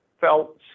felt